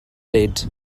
nid